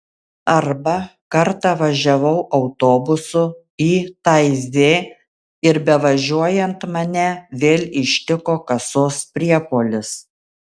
arba kartą važiavau autobusu į taizė ir bevažiuojant mane vėl ištiko kasos priepuolis